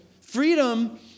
freedom